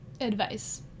Advice